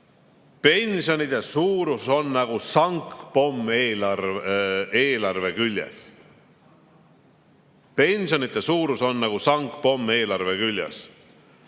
"Pensionide suurus on nagu sangpomm eelarve küljes." Pensionide suurus on nagu sangpommi eelarve küljes!